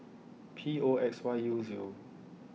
P O X Y U Zero